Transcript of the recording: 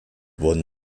wurden